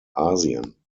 asien